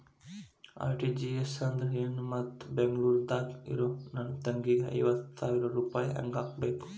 RTGS ಅಂದ್ರ ಏನು ಮತ್ತ ಬೆಂಗಳೂರದಾಗ್ ಇರೋ ನನ್ನ ತಂಗಿಗೆ ಐವತ್ತು ಸಾವಿರ ರೂಪಾಯಿ ಹೆಂಗ್ ಹಾಕಬೇಕು?